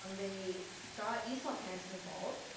um they got esl parents involved.